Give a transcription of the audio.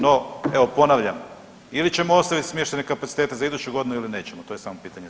No, evo ponavljam ili ćemo ostaviti smještajne kapacitete za iduću godinu ili nećemo, to je samo pitanje sad.